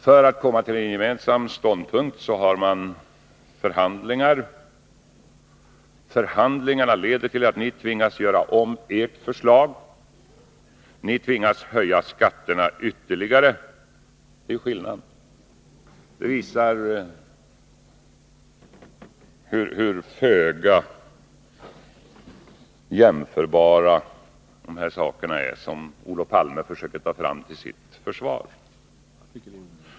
För att komma till en gemensam ståndpunkt har man förhandlingar. Förhandlingarna leder till att ni tvingas göra om ert förslag. Ni tvingas höja skatterna ytterligare. Det är skillnaden, och det visar hur föga jämförbara dessa saker är som Olof Palme försöker ta fram till sitt försvar.